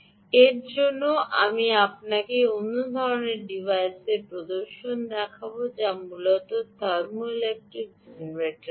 এর জন্য আমি আপনাকে অন্য ধরণের ডিভাইসের প্রদর্শন দেখাব যা মূলত থার্মোইলেক্ট্রিক জেনারেটর বলে